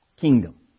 kingdom